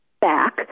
back